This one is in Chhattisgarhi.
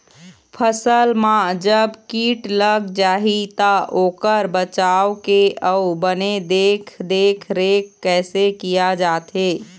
फसल मा जब कीट लग जाही ता ओकर बचाव के अउ बने देख देख रेख कैसे किया जाथे?